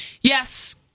yes